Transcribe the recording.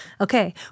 Okay